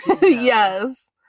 yes